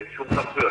אין שום סמכויות.